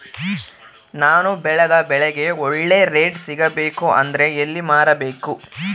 ನಾನು ಬೆಳೆದ ಬೆಳೆಗೆ ಒಳ್ಳೆ ರೇಟ್ ಸಿಗಬೇಕು ಅಂದ್ರೆ ಎಲ್ಲಿ ಮಾರಬೇಕು?